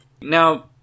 Now